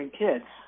kids